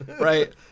Right